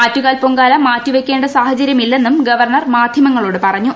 ആറ്റുകാൽ പൊങ്കാലമാറ്റിവെയ്ക്കേണ്ട സാഹചര്യമില്ലെന്നും ഗവർണർ മാധ്യമങ്ങ ളോട് പറഞ്ഞു